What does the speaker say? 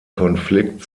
konflikt